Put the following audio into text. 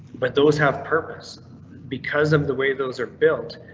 but those have purpose because of the way those are built.